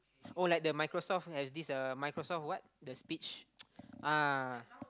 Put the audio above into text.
oh like the Microsoft has this uh Microsoft what the speech ah